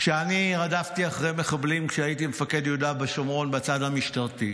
כשאני רדפתי אחרי מחבלים כשהייתי מפקד יהודה ושומרון בצד המשטרתי,